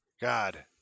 God